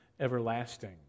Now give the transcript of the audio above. Everlasting